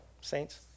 saints